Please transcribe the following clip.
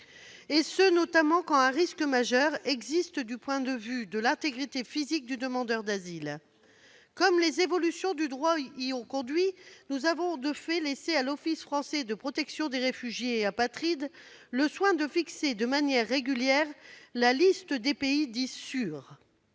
et ce notamment quand un risque majeur existe du point de vue de l'intégrité physique du demandeur d'asile. Comme les évolutions du droit y ont conduit, nous avons de fait laissé à l'Office français de protection des réfugiés et apatrides, l'OFPRA, le soin de fixer de manière régulière la liste des pays dits « sûrs »,